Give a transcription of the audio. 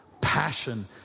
passion